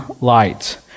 light